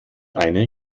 eine